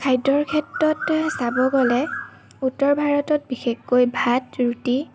খাদ্যৰ ক্ষেত্ৰতে চাব গ'লে উত্তৰ ভাৰতত বিশেষকৈ ভাত ৰুটি